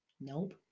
Nope